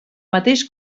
mateix